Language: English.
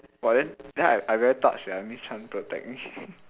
but then then I I very touched sia miss Chan protect me